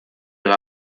ihre